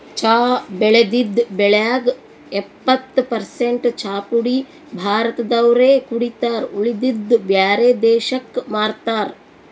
ಚಾ ಬೆಳದಿದ್ದ್ ಬೆಳ್ಯಾಗ್ ಎಪ್ಪತ್ತ್ ಪರಸೆಂಟ್ ಚಾಪುಡಿ ಭಾರತ್ ದವ್ರೆ ಕುಡಿತಾರ್ ಉಳದಿದ್ದ್ ಬ್ಯಾರೆ ದೇಶಕ್ಕ್ ಮಾರ್ತಾರ್